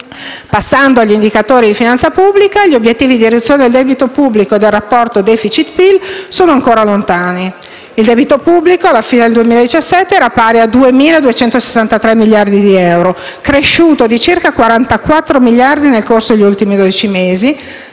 Passando agli indicatori di finanza pubblica, gli obiettivi di riduzione del debito pubblico e del rapporto *deficit*/PIL sono ancora lontani: il debito pubblico alla fine del 2017 era pari a 2.263 miliardi di euro, cresciuto di circa 44 miliardi nel corso degli ultimi dodici mesi,